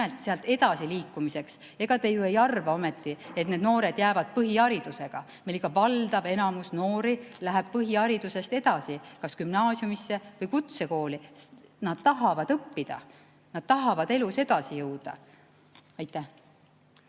Ega te ju ei arva ometi, et need noored jäävad põhiharidusega. Meil ikka valdav enamus noori läheb põhiharidusest edasi kas gümnaasiumisse või kutsekooli. Nad tahavad õppida, nad tahavad elus edasi jõuda. Mihhail